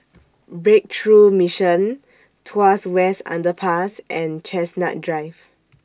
Breakthrough Mission Tuas West Underpass and Chestnut Drive